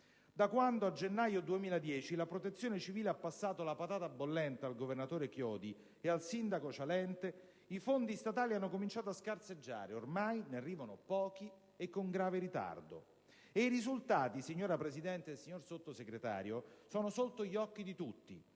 Da quando, a gennaio 2010, la Protezione civile ha passato la «patata bollente» al governatore Chiodi e al sindaco Cialente, i fondi statali hanno cominciato a scarseggiare: ormai ne arrivano pochi e con grave ritardo. I risultati, signora Presidente e signor rappresentante del Governo, sono sotto gli occhi di tutti: